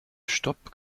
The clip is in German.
stopp